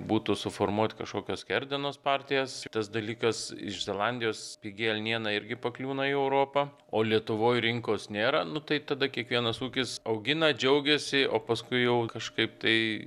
būtų suformuot kažkokias skerdienos partijas kitas dalykas iš zelandijos pigi elniena irgi pakliūna į europą o lietuvoj rinkos nėra nu tai tada kiekvienas ūkis augina džiaugiasi o paskui jau kažkaip tai